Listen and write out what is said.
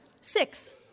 Six